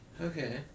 Okay